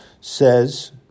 says